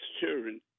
children